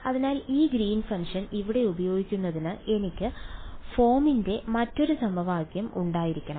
അതിനാൽ ഈ green function ഇവിടെ ഉപയോഗിക്കുന്നതിന് എനിക്ക് ഫോമിന്റെ മറ്റൊരു സമവാക്യം ഉണ്ടായിരിക്കണം